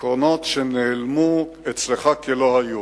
עקרונות שנעלמו אצלך כלא היו.